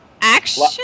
action